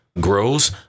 grows